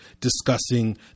discussing